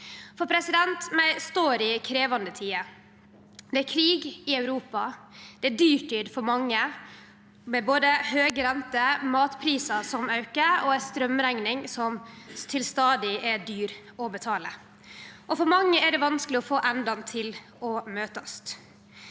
meir enn før. Vi står i krevjande tider. Det er krig i Europa. Det er dyrtid for mange, med både høg rente, matprisar som aukar og ei straumrekning som stadig er dyr å betale. For mange er det vanskeleg å få endane til å møtast.